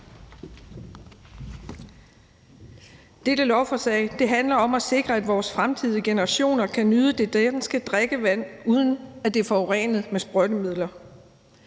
Dette lovforslag handler om at sikre, at vores fremtidige generationer kan nyde det danske drikkevand, uden at det er forurenet med sprøjtemidler.